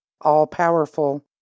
all-powerful